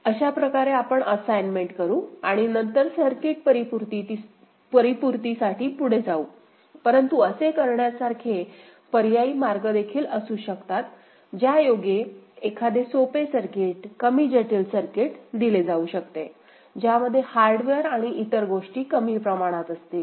अशाप्रकारे आपण असाईनमेंट करू आणि नंतर सर्किट परिपूर्तीसाठी पुढे जाऊ परंतु असे करण्यासारखे पर्यायी मार्ग देखील असू शकतात ज्यायोगे एखादे सोपे सर्किट कमी जटिल सर्किट दिले जाऊ शकते ज्यामध्ये हार्डवेअर आणि इतर गोष्टी कमी प्रमाणात असतील